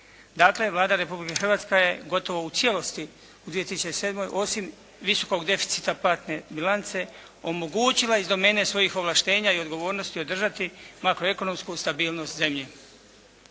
Dakle Vlada Republike Hrvatske je gotovo u cijelosti u 2007. osim visokog deficita platne bilance omogućila iz domene svojih ovlaštenja i odgovornosti održati makroekonomsku stabilnost zemlje.